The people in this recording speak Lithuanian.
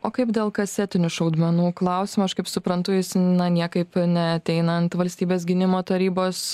o kaip dėl kasetinių šaudmenų klausimo aš kaip suprantu jis na niekaip neateina ant valstybės gynimo tarybos